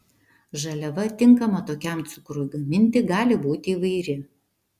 žaliava tinkama tokiam cukrui gaminti gali būti įvairi